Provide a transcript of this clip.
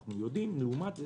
אנחנו יודעים לעומת זאת